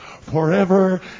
forever